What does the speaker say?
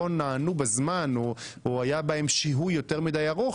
נענו בזמן או שהיה בהן שיהוי יותר מדי ארוך,